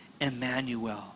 Emmanuel